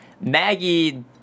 Maggie